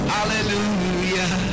Hallelujah